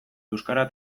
euskara